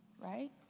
right